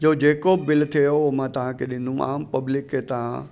जो जेको बिल थियो उहो मां तव्हांखे ॾींदो मां पब्लिक खे तव्हां